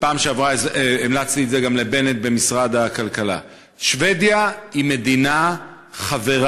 ובפעם שעברה המלצתי את זה גם לבנט במשרד הכלכלה: שבדיה היא מדינה חברה,